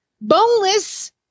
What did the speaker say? boneless